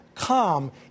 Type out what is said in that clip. calm